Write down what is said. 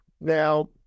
Now